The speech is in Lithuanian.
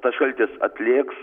tas šaltis atlėgs